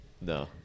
No